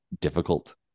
difficult